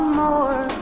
more